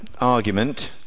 argument